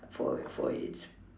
for for its